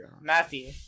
Matthew